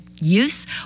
use